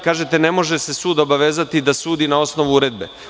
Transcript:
Kažete – ne može se sud obavezati da sudi na osnovu uredbe.